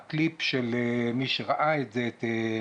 מי שראה את זה,